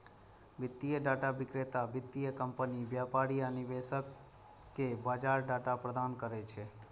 वित्तीय डाटा विक्रेता वित्तीय कंपनी, व्यापारी आ निवेशक कें बाजार डाटा प्रदान करै छै